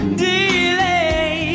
delay